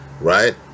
right